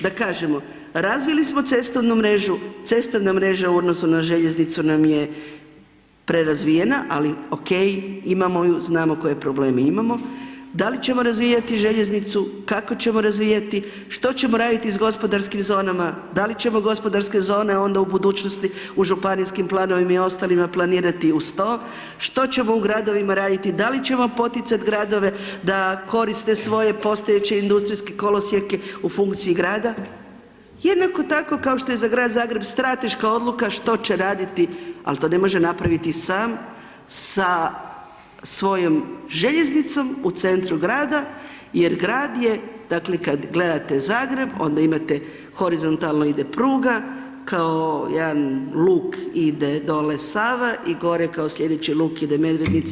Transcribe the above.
Da kažemo, razvili smo cestovnu mrežu, cestovna mreža u odnosu na željeznicu nam je prerazvijena ali ok, imamo ju, znamo koje probleme imamo, da li ćemo razvijati željeznicu, kako ćemo razvijati, što ćemo raditi sa gospodarskim zonama, da li ćemo gospodarske zone onda u budućnosti u županijskim planovima i ostalima planirati uz to, što ćemo u gradovima raditi, da li ćemo poticati gradove da koriste svoje postojeće industrijske kolosijeke u funkcije grada, jednako tako kao što je i za grad Zagreb strateška odluka što će raditi ali to ne može napraviti sam sa svojom željeznicom u centru grada jer grad je, dakle kad gledate Zagreb onda imate horizontalno ide pruga kao, jedan luk ide dole Sava i gore kao slijedeći luk ide Medvednica.